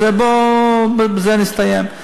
אז בזה נסתיים.